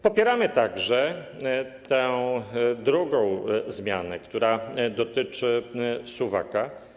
Popieramy także tę drugą zmianę, która dotyczy suwaka.